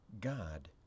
God